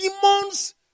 demons